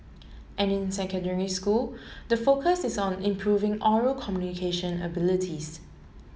and in secondary school the focus is on improving oral communication abilities